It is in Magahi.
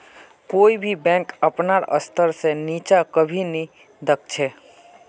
कोई भी बैंक अपनार स्तर से नीचा कभी नी दख छे